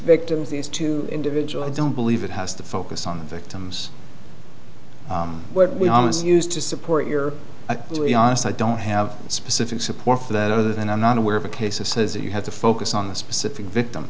victims these two individuals i don't believe it has to focus on the victims what we are misused to support your to be honest i don't have specific support for that other than i'm not aware of a case of says that you have to focus on the specific victim